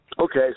Okay